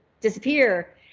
disappear